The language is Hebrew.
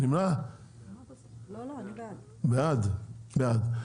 הצבעה ההסתייגות נדחתה.